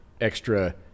extra